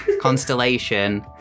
Constellation